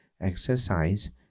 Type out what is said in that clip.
exercise